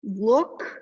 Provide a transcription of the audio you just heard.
look